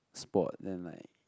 sport then like